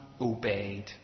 obeyed